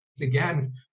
again